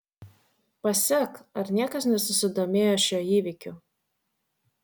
pasek ar niekas nesusidomėjo šiuo įvykiu